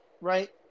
right